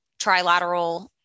trilateral